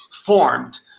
formed